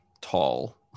tall